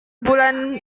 bulan